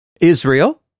Israel